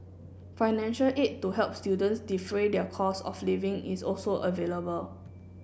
financial aid to help students defray their costs of living is also available